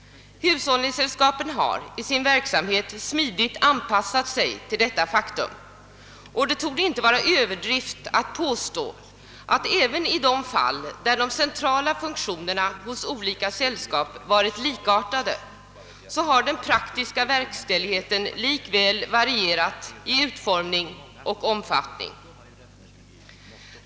Hushållningssällskapen har i sitt arbete smidigt anpassat sig till detta faktum. Det torde inte vara någon överdrift att påstå att även i de fall där de centrala funktionerna hos olika sällskap varit likartade har den praktiska verkställigheten likväl varierat i utformning och omfattning.